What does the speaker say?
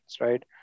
right